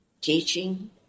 teaching